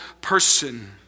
person